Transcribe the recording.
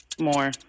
More